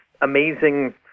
amazing